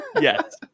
yes